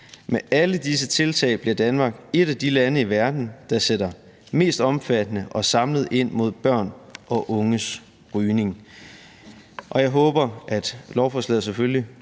Med alle disse tiltag bliver Danmark et af de lande i verden, der sætter mest omfattende og samlet ind mod børn og unges rygning.